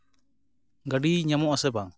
ᱜᱟᱹᱰᱤ ᱧᱟᱢᱚᱜᱼᱟ ᱥᱮ ᱵᱟᱝ